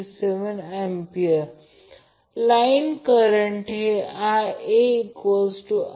अन्यथा line voltage √3फेज voltage